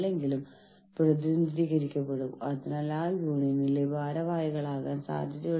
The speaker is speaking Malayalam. തുടർന്ന് ഈ നിയമത്തിൽ 2001 ൽ വരുത്തിയ ചില ഭേദഗതികൾ ഉണ്ട്